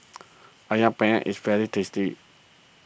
Ayam Penyet is very tasty